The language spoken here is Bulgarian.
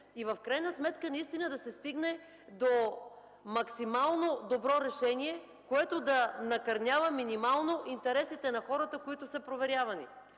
и в крайна сметка наистина да се стигне до максимално добро решение, което да накърнява минимално интересите на хората, които са проверявани.